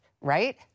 right